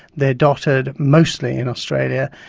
they are dotted mostly in australia,